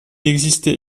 existait